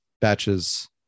batches